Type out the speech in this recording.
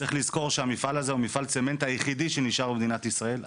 צריך לזכור שהמפעל הזה הוא מפעל צמנט היחידי שנשאר במדינת ישראל,